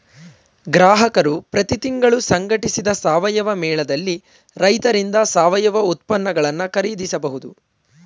ಗ್ರಾಹಕರು ಪ್ರತಿ ತಿಂಗಳು ಸಂಘಟಿಸಿದ ಸಾವಯವ ಮೇಳದಲ್ಲಿ ರೈತರಿಂದ ಸಾವಯವ ಉತ್ಪನ್ನಗಳನ್ನು ಖರೀದಿಸಬಹುದು